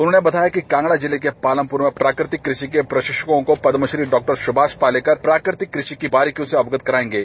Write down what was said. उन्होंने बताया कि कांगड़ा जिले के पालमपुर में प्राकृतिक कृषि के प्रशिक्षकों को पदमश्री डॉक्टर सुभाष पालेकर प्राकृतिक कृषि की बारीकियों से अवगत कराएंगे